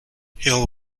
hill